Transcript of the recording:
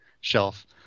shelf